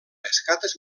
escates